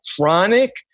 chronic